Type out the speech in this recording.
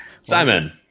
Simon